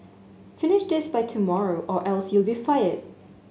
finish this by tomorrow or else you'll be fired